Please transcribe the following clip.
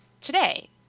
today